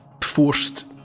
forced